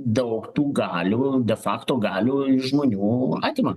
daug tų galių de fakto galių žmonių atima